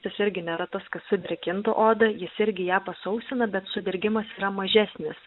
jis irgi nėra tas kas sudrėkintų odą jis irgi ją pasausina bet sudirgimas yra mažesnis